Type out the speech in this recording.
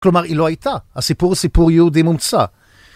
כלומר, היא לא הייתה. הסיפור הוא סיפור יהודי מומצא.